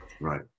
Right